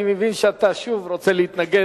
אני מבין שאתה שוב רוצה להתנגד.